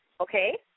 okay